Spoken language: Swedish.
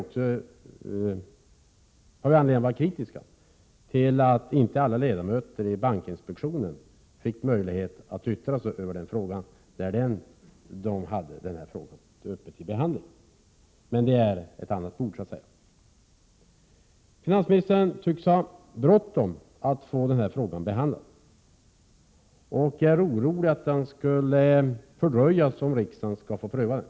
Dessutom har vi anledning att vara kritiska till att inte alla ledamöter i bankinspektionen fick möjlighet att yttra sig över denna fråga då inspektionen hade frågan uppe till behandling, men detta ligger på ett annat bord så att säga. Finansministern tycks ha bråttom att få den här frågan behandlad och är orolig att den skulle fördröjas om riksdagen fick möjlighet att pröva den.